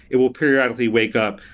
it will periodically wake up,